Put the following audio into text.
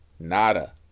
Nada